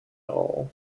all